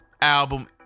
album